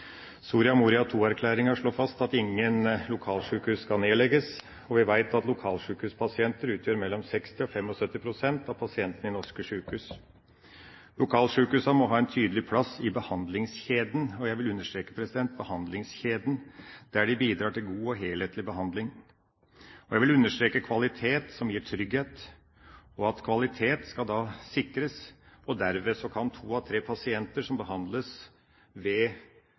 Soria Moria II-erklæringa slår fast at ingen lokalsjukehus skal nedlegges, og vi vet at lokalsjukehuspasienter utgjør 60 pst.–75 pst. av pasientene i norske sjukehus. Lokalsjukehusene må ha en tydelig plass i behandlingskjeden – og jeg vil understreke behandlingskjeden – der de bidrar til god og helhetlig behandling. Og jeg vil understreke kvalitet, som gir trygghet. Kvalitet skal sikres, og derved kan to av tre pasienter som behandles ved